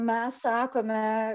mes sakome